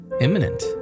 imminent